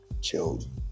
children